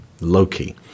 loki